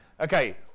Okay